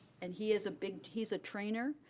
and he is a big, he's a trainer,